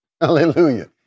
Hallelujah